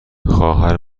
خواهر